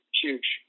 huge